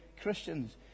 Christians